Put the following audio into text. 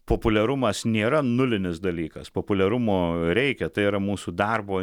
populiarumas nėra nulinis dalykas populiarumo reikia tai yra mūsų darbo